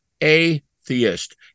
atheist